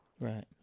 Right